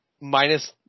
minus